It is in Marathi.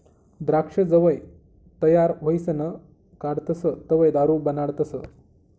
द्राक्ष जवंय तयार व्हयीसन काढतस तवंय दारू बनाडतस